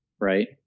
right